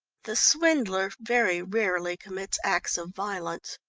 the swindler very rarely commits acts of violence.